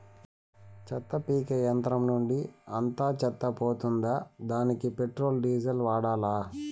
చెత్త పీకే యంత్రం నుండి అంతా చెత్త పోతుందా? దానికీ పెట్రోల్, డీజిల్ వాడాలా?